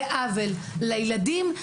זה עוול לילדים,